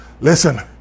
Listen